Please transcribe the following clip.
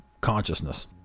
consciousness